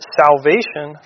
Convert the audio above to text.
salvation